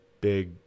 Big